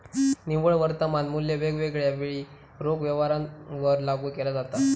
निव्वळ वर्तमान मुल्य वेगवेगळ्या वेळी रोख व्यवहारांवर लागू केला जाता